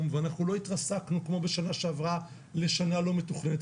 ואנחנו לא התרסקנו כמו בשנה שעברה לשנה לא מתוכננת.